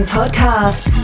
Podcast